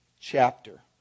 chapter